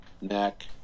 neck